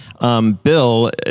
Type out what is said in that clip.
Bill